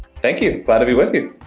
thank you. glad to be with you.